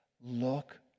look